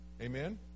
Amen